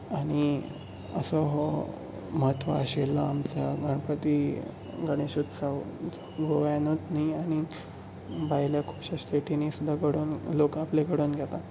आनी असो हो म्हत्वा आशिल्लो आमच्या गणपती गणेस उत्सव गोव्यांनूच न्ही आनीक भायल्या खुबशा स्टेटीनी सुद्दां घडोवन लोक आपले घडोवन घेतात